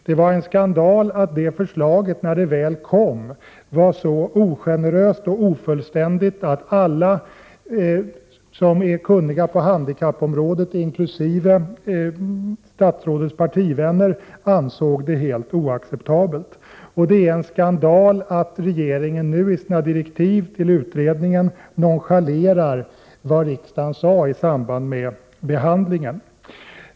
Det var en skandal att det förslaget, när det väl kom, var så ogeneröst och ofullständigt att alla som är kunniga på handikappområdet, inkl. statsrådets partivänner, ansåg det helt oacceptabelt. Och det är en skandal att regeringen nu i sina direktiv till utredningen nonchalerar vad riksdagen sade i samband med behandlingen av propositionen.